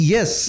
Yes